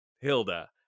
Hilda